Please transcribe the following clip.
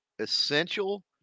essential